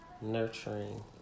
nurturing